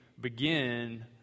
begin